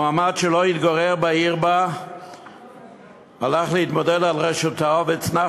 מועמד שלא התגורר בעיר הלך להתמודד על ראשותה והוצנח